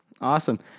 Awesome